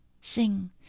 sing